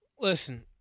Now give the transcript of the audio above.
Listen